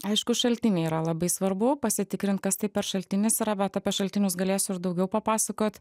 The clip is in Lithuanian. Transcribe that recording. aišku šaltiniai yra labai svarbu pasitikrint kas tai šaltinis yra bet apie šaltinius galėsiu ir daugiau papasakot